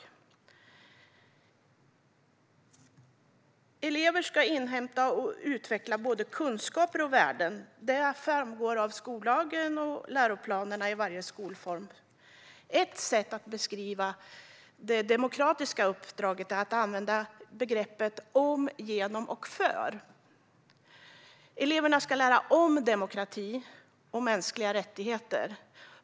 Att elever ska inhämta och utveckla både kunskaper och värden framgår av skollagen och läroplanerna för varje skolform. Ett sätt att beskriva det demokratiska uppdraget är att använda begreppet "om, genom och för". Eleverna ska lära sig om demokrati och mänskliga rättigheter.